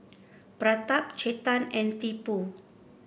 Pratap Chetan and Tipu